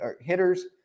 hitters